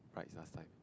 prides last time